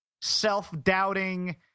self-doubting